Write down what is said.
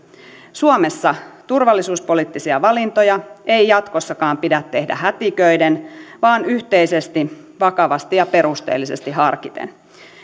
suomessa turvallisuuspoliittisia valintoja ei jatkossakaan pidä tehdä hätiköiden vaan yhteisesti vakavasti ja perusteellisesti harkiten